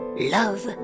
love